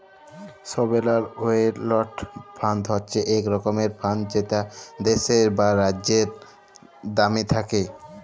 sovereign wealth fund হছে ইক রকমের ফাল্ড যেট দ্যাশের বা রাজ্যের লামে থ্যাকে